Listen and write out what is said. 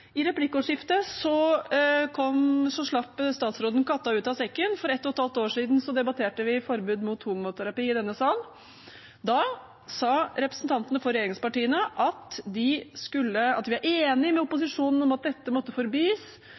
I replikkordskiftet slapp statsråden katta ut av sekken. For et og et halvt år siden debatterte vi forbud mot homoterapi i denne sal. Da sa representantene for regjeringspartiene at de var enige med opposisjonen i at dette måtte forbys.